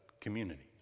community